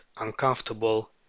uncomfortable